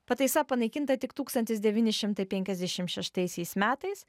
pataisa panaikinta tik tūkstantis devyni šimtai penkiasdešim šeštaisiais metais